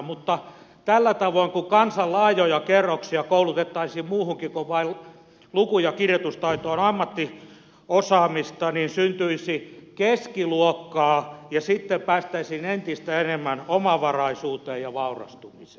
mutta tällä tavoin kun kansan laajoja kerroksia koulutettaisiin muuhunkin kuin vain luku ja kirjoitustaitoon ammattiosaamiseen syntyisi keskiluokkaa ja sitten päästäisiin entistä enemmän omavaraisuuteen ja vaurastumiseen